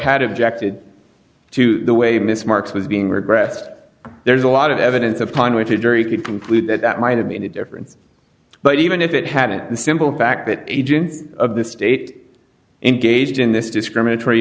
had objected to the way miss marks was being regressed there's a lot of evidence upon which a jury could conclude that that might have made a difference but even if it hadn't the simple fact that agent of the state engaged in this discriminatory